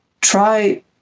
try